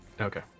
Okay